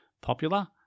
popular